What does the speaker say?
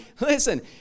listen